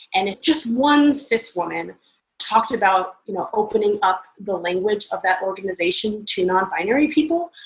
and if just one cis woman talked about you know opening up the language of that organization to non-binary people,